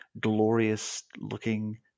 glorious-looking